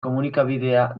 komunikabidea